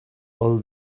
all